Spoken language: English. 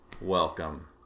Welcome